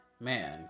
man